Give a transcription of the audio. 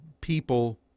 people